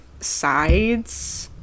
sides